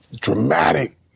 dramatic